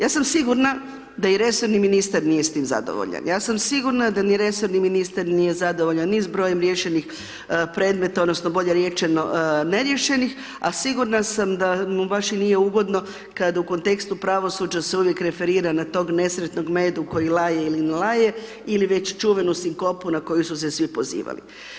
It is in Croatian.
Ja sam sigurna da i resorni ministar nije s tim zadovoljan, ja sam sigurna da ni resorni ministar nije zadovoljan, ni s brojem riješenih predmeta odnosno bolje rečeno neriješenih, a sigurna sam da mu baš i nije ugodno kad u kontekstu pravosuđa se uvijek referira na tog nesretnog medu koji laje ili ne laje ili već čuvenu sinkopu na koju su se svi pozivali.